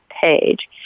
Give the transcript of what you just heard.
page